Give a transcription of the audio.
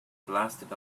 blasted